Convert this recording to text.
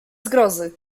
zgrozy